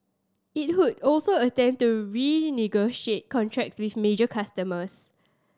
it would also attempt to renegotiate contracts with major customers